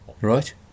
right